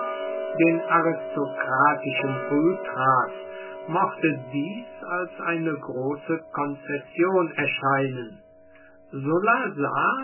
den aristokratischen ultras mochte dies als eine große konzession erscheinen sulla sah